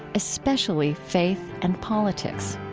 especially faith and politics